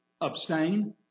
abstain